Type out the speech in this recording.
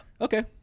Okay